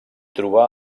trobà